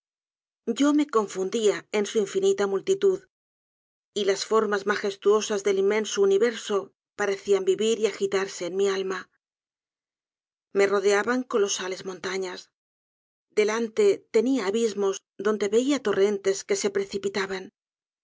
yo me confundía en su infinita multitud y las formas magestuosas del inmenso universo parecían vivir y agitarse en mi alma me rodeaban colosales montañas delante tenia abismos donde veía torrentes que se precipitaban